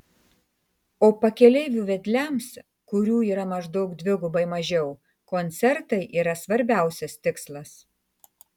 o pakeleivių vedliams kurių yra maždaug dvigubai mažiau koncertai yra svarbiausias tikslas